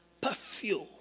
perfume